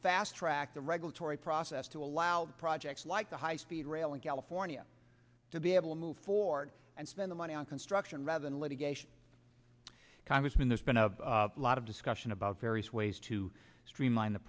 fast track the regulatory process to allow projects like the high speed rail in california to be able to move forward and spend the money on construction rather than litigation congressman there's been a lot of discussion about various ways to streamline the